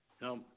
No